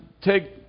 take